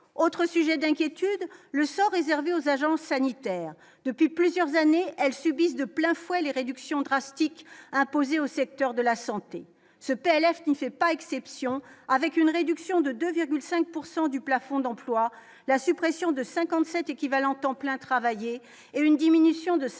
autre sujet d'inquiétude : le sort réservé aux agences sanitaires depuis plusieurs années, elles subissent de plein fouet les réductions drastiques imposées au secteur de la santé ce PLF ne fait pas exception avec une réduction de 2 5 pourcent du plafond d'emplois, la suppression de 57 équivalents temps plein travaillés et une diminution de 5